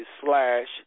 slash